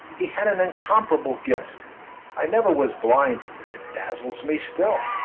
he had an incomparable gift i never was blind to it it dazzles me still.